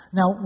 Now